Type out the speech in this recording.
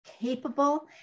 capable